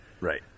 Right